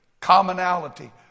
commonality